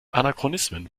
anachronismen